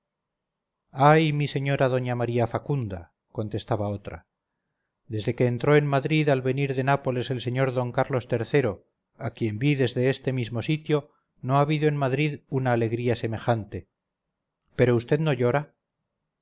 ay mi señora doña maría facunda contestaba otra desde que entró en madrid al venir de nápoles el sr d carlos iii a quien vi desde este mismo sitio no ha habido en madrid una alegría semejante pero vd no llora